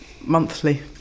monthly